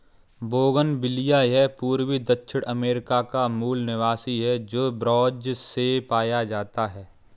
bougainvillea यह पूर्वी दक्षिण अमेरिका का मूल निवासी है, जो ब्राज़ से पाया जाता है